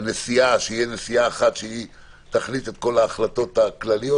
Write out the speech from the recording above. הנסיעה שתהיה נסיעה אחת שתחליט את כל ההחלטות הכלליות,